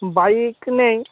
bike নেই